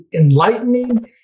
enlightening